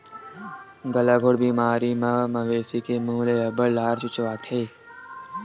गलाघोंट बेमारी म मवेशी के मूह ले अब्बड़ लार चुचवाथे